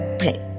play